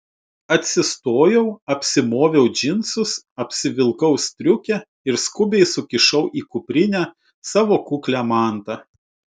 atsistojau apsimoviau džinsus apsivilkau striukę ir skubiai sukišau į kuprinę savo kuklią mantą